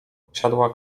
usiadła